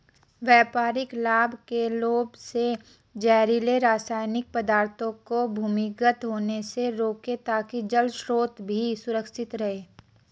व्यापारिक लाभ के लोभ से जहरीले रासायनिक पदार्थों को भूमिगत होने से रोकें ताकि जल स्रोत भी सुरक्षित रहे